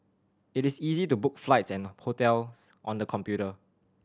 it is easy to book flights and hotels on the computer